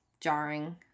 Jarring